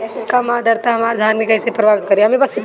कम आद्रता हमार धान के कइसे प्रभावित करी?